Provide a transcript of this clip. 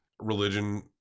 religion